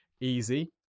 easy